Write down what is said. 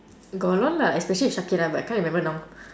got a lot lah especially with shakira but I can't remember now